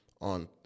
On